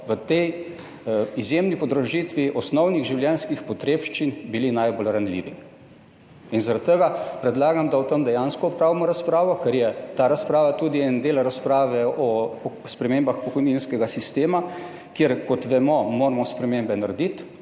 v tej izjemni podražitvi osnovnih življenjskih potrebščin najbolj ranljivi. Zaradi tega predlagam, da o tem dejansko opravimo razpravo, ker je ta razprava tudi en del razprave o spremembah pokojninskega sistema, kjer, kot vemo, moramo narediti